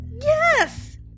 Yes